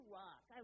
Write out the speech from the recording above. rock